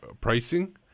pricing